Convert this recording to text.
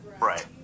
Right